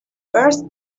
first